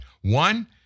One